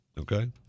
Okay